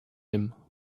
him